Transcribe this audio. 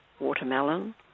watermelon